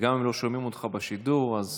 וגם לא שומעים אותך בשידור, אז